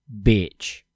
Bitch